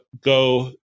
Go